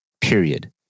period